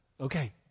Okay